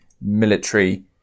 military